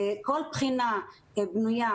כל בחינה בנויה,